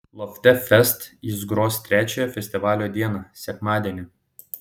lofte fest jis gros trečiąją festivalio dieną sekmadienį